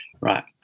Right